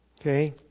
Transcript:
Okay